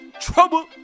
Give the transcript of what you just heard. Trouble